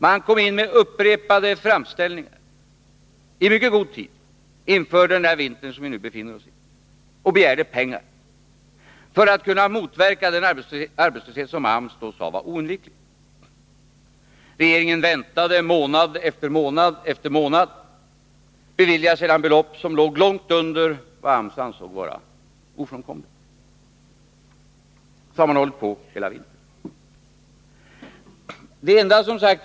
I mycket god tid inför den vinter som vi nu befinner oss i gick AMS in med upprepade framställningar och begärde pengar för att kunna motverka den arbetslöshet som enligt AMS var oundviklig. Regeringen väntade månad efter månad. Den beviljade sedan belopp som låg långt under dem som AMS ansåg vara ofrånkomliga. Så har man hållit på hela vintern.